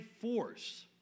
force